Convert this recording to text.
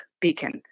Beacon